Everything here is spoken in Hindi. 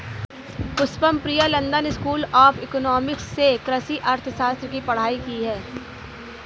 Pushpam Priya London school of economics से कृषि अर्थशास्त्र की पढ़ाई की है